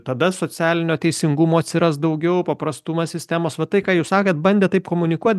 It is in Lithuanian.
tada socialinio teisingumo atsiras daugiau paprastumas sistemosva tai ką jūs sakėt bandėt taip komunikuot